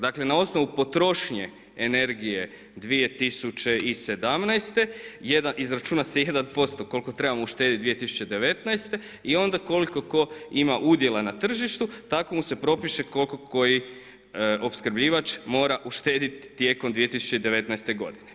Dakle na osnovu potrošnje energije 2017. izračuna se 1% koliko trebamo uštediti 2019. i onda koliko tko ima udjela na tržištu, tako mu se propiše koliko koji opskrbljivač mora uštedjeti tijekom 2019. godine.